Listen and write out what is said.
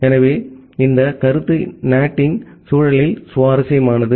எனவே இந்த கருத்து NAT இன் சூழலில் சுவாரஸ்யமானது